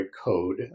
code